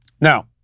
Now